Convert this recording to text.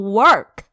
work